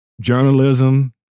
Journalism